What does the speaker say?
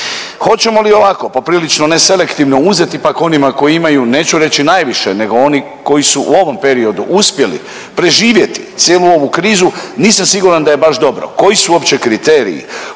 Hoćemo li ovako poprilično neselektivno uzeti pak' onima koji imaju neću reći najviše, nego oni koji su u ovom periodu uspjeli preživjeti cijelu ovu krizu nisam siguran da je baš dobro koji su uopće kriteriji.